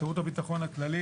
שירות הביטחון הכללי,